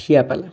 ଠିଆପାଲା